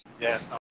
Yes